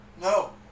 No